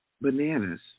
bananas